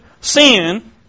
sin